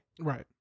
Right